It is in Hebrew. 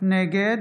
נגד